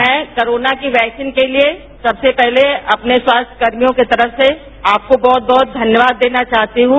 मैं कोरोना की वैक्सीन के लिए सबसे पहले अपने स्वास्थ्यकर्मियों की तरफ से आपको बहुत बहुत धन्यवाद देना चाहती हूं